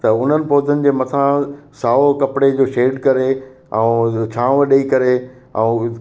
त उन्हनि पौधनि जे मथां साओ कपिड़े जो शेड करे ऐं छांव ॾेई करे ऐं